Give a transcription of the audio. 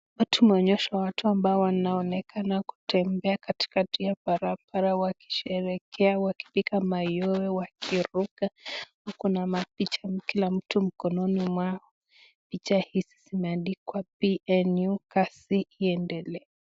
Hapa tunaonyeshwa watu ambao wanaonekana kutembea katikati ya barabara wakisherehekea ,wakipiga mayowe ,wakiruka kuna mapicha kila mtu mikononi mwao . Picha hizi zimeandikwa "PNU" kazi iendelee.